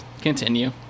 Continue